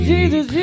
Jesus